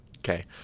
okay